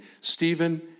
Stephen